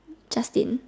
Justin